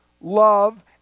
love